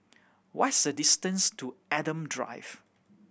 what is the distance to Adam Drive